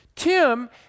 Tim